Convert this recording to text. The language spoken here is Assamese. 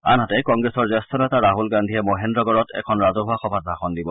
আনহাতে কংগ্ৰেছৰ জ্যেষ্ঠ নেতা ৰাছল গান্ধীয়ে মহেন্দ্ৰগড়ত এখন ৰাজহুৱা সভাত ভাষণ দিব